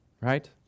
Right